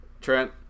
Trent